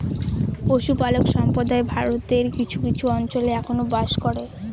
পশুপালক সম্প্রদায় ভারতের কিছু কিছু অঞ্চলে এখনো বাস করে